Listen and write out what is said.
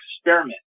experiment